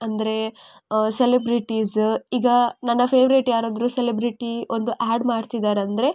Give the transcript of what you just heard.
ಅಂದರೆ ಸೆಲಬ್ರಿಟೀಸ್ ಈಗ ನನ್ನ ಫೇವ್ರೇಟ್ ಯಾರಾದರೂ ಸೆಲಬ್ರಿಟೀ ಒಂದು ಆ್ಯಡ್ ಮಾಡ್ತಿದ್ದಾರೆಂದ್ರೆ